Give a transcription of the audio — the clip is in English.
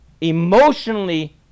emotionally